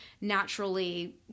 naturally